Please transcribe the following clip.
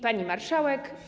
Pani Marszałek!